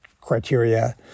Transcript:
criteria